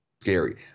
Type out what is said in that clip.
scary